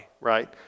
right